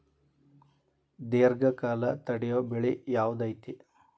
ದೇರ್ಘಕಾಲ ತಡಿಯೋ ಬೆಳೆ ಯಾವ್ದು ಐತಿ?